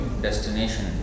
Destination